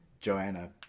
joanna